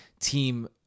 team